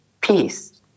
peace